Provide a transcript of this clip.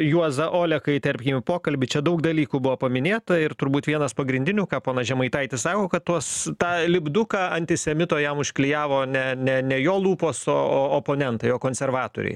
juozą oleką įterpkim į pokalbį čia daug dalykų buvo paminėta ir turbūt vienas pagrindinių ką ponas žemaitaitis sako kad tuos tą lipduką antisemito jam užklijavo ne ne ne jo lūpos o o oponentai o konservatoriai